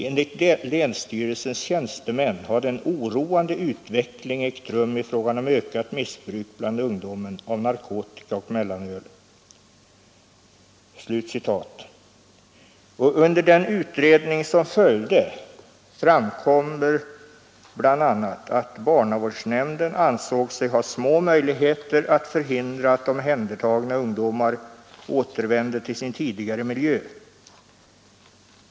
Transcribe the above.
Enligt länsstyrelsens tjänstemän hade en oroande utveckling ägt rum ifråga om ökat missbruk bland ungdomen av narkotika och mellanöl.” Under den utredning som följde framkom bl.a. att barnavårdsnämnden ansåg sig ha små möjligheter att förhindra att omhändertagna ungdomar återvände till sin tidigare miljö.